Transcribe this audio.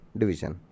division